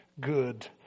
good